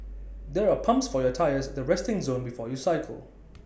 there are pumps for your tyres at the resting zone before you cycle